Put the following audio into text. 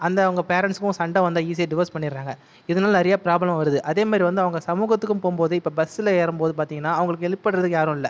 அந்த அவங்க பேரண்ட்ஸுக்கும் சண்டை வந்தால் ஈசியாக டிவோர்ஸ் பண்ணிவிடறாங்க இதனால் நிறைய ப்ராப்ளம் வருது அதே மாதிரி வந்து அவங்க சமூகத்துக்கும் போகும் போது இப்போ பஸ்ஸில் ஏறும் போது பார்த்திங்கன்னா அவங்களுக்கு ஹெல்ப் பண்றதுக்கு யாரும் இல்லை